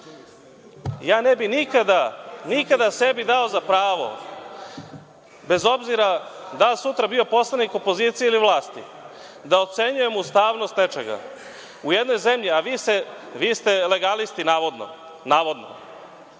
ja ne bi nikada sebi dao za pravo, bez obzira da li sutra bio poslanik opozicije ili vlasti, da ocenjujem ustavnost nečega u jednoj zemlji, ali vi ste legalisti, navodno.